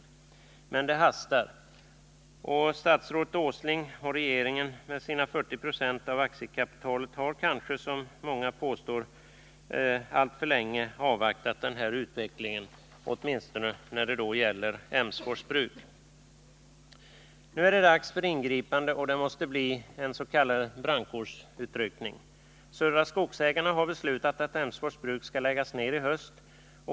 Men det hastar— statsrådet Åsling och regeringen, som har ett ansvar för statens 40 96 av aktiekapitalet, har kanske som många påstår alltför länge avvaktat utvecklingen, åtminstone när det gäller Emsfors bruk. Nu är det dags för ingripande, och det måste bli en s.k. brandkårsutryckning. Södra Skogsägarna har beslutat att Emsfors bruk skall läggas ned i höst.